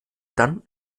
dann